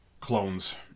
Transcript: clones